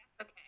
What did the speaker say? Okay